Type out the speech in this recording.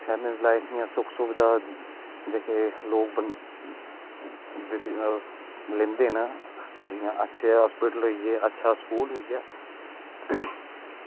शैह्रें दी लाईफ इंया सुख सुविधा जेह्के लोग लैंदे न जियां अच्छे हास्पिटल होई गे अच्छा स्कूल होई गेआ